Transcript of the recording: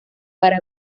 para